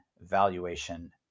valuation